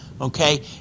okay